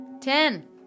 Ten